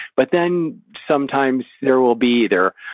but then, sometimes, there will be there,